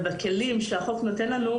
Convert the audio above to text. ובכלים שהחוק נותן לנו,